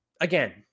again